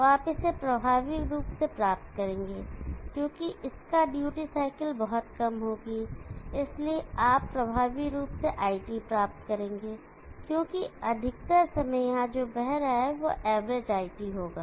तो आप इसे प्रभावी रूप से प्राप्त करेंगे क्योंकि इसका ड्यूटी साइकल बहुत कम होगी इसलिए आप प्रभावी रूप से IT प्राप्त करेंगे क्योंकि अधिकतर समय यहां जो बह रहा है वह एवरेज IT होगा